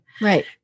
Right